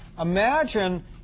imagine